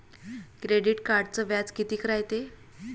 Credit कार्डचं व्याज कितीक रायते?